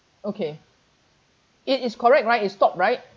okay it is correct right it stopped right